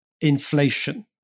inflation